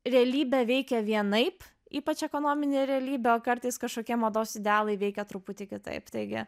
realybė veikia vienaip ypač ekonominė realybė o kartais kažkokie mados idealai veikia truputį kitaip taigi